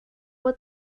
what